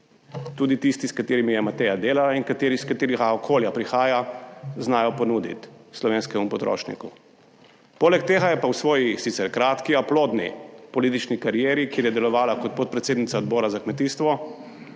tudi tisti, s katerimi je Mateja delala in kateri, iz katerega okolja prihaja, znajo ponuditi slovenskemu potrošniku. Poleg tega je pa v svoji sicer kratki, a plodni politični karieri, kjer je delovala kot podpredsednica Odbora za kmetijstvo,